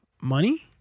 money